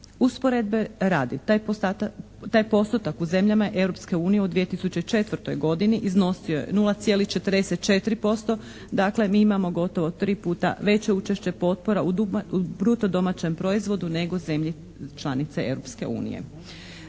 Usporedbe radi, taj postotak u zemljama Europske unije u 2004. godini iznosio je 0,44%. Dakle, mi imamo gotovo tri puta veće učešće potpora u bruto domaćem proizvodu nego zemlje članice